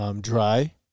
dry